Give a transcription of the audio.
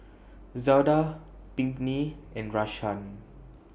Zelda Pinkney and Rashaan